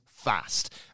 fast